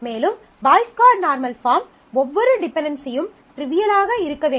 மேலும் Boyce Codd normal form ஒவ்வொரு டிபென்டென்சியும் ட்ரிவியல் ஆக இருக்க வேண்டும்